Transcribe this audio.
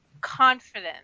confident